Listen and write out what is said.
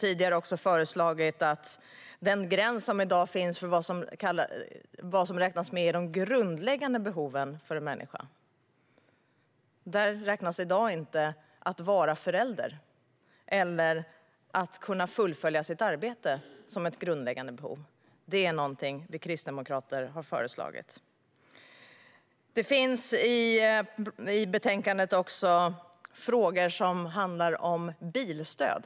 I dag räknas inte att vara förälder eller att kunna fullfölja sitt arbete som ett grundläggande behov, men det är något som vi kristdemokrater har föreslagit. I betänkandet finns också frågan om bilstöd.